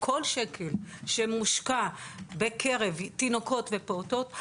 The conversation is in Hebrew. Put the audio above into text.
שכל שקל שמושקע בקרב תינוקות ופעוטות,